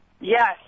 Yes